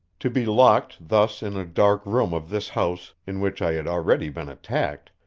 to be locked, thus, in a dark room of this house in which i had already been attacked,